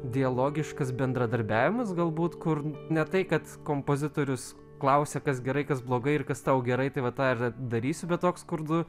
dialogiškas bendradarbiavimas galbūt kur ne tai kad kompozitorius klausia kas gerai kas blogai ir kas tau gerai tai va tą ir darysiu bet toks kur du